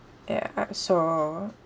ya so